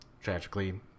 tragically